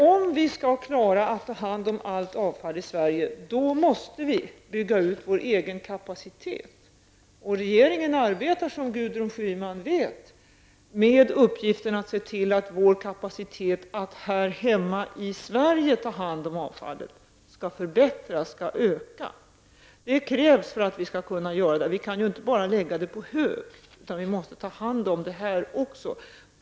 Om vi skall klara att ta hand om allt avfall i Sverige måste vi bygga ut vår egen kapacitet, och regeringen arbetar, som Gudrun Schyman vet, med uppgiften att öka vår kapacitet att här i Sverige ta hand om avfallet. Det är också nödvändigt. Vi kan inte bara lägga avfallet på hög, utan måste ta hand om det.